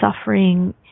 suffering